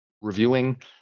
reviewing